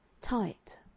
Tight